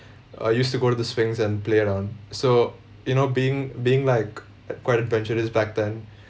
uh used to go to the swings and play around so you know being being like uh quite adventurous back then